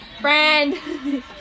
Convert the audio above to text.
Friend